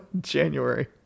January